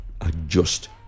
adjust